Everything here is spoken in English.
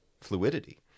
fluidity